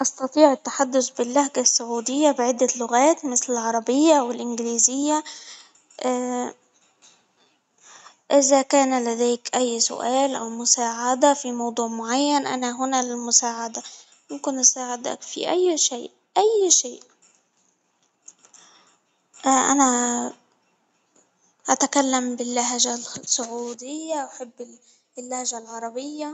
أستطيع التحدث باللهجة السعودية بعدة لغات مثل العربية والإنجليزية، إذا كان لديك أي سؤال أو مساعدة في موضوع معين أنا هنا للمساعدة، يمكن أساعدك في أي شيء -أي شيء أناا أتكلم باللهجة السعودية واللهجة العربية.